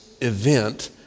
event